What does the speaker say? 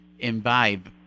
imbibe